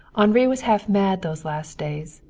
henri was half mad those last days.